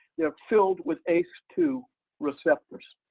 yeah filled with ace two receptors?